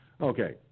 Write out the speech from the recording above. Okay